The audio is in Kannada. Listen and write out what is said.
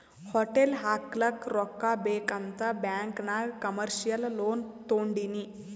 ಹೋಟೆಲ್ ಹಾಕ್ಲಕ್ ರೊಕ್ಕಾ ಬೇಕ್ ಅಂತ್ ಬ್ಯಾಂಕ್ ನಾಗ್ ಕಮರ್ಶಿಯಲ್ ಲೋನ್ ತೊಂಡಿನಿ